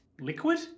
Liquid